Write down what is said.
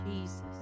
Jesus